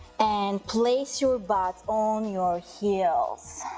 and place your butt on your heels